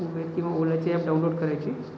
Uber किंवा ओलाचे app download करायची